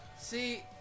See